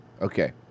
Okay